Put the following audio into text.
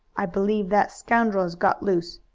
i believe that scoundrel has got loose,